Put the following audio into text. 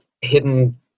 hidden